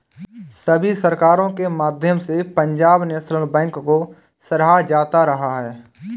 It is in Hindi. सभी सरकारों के माध्यम से पंजाब नैशनल बैंक को सराहा जाता रहा है